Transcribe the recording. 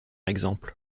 exemple